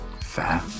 Fair